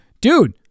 Dude